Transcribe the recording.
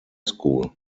school